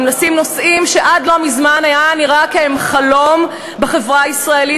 לשים נושאים שעד לא מזמן היה נראה כי הם חלום בחברה הישראלית,